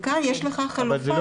כאן יש לך חלופה.